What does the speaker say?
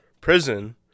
prison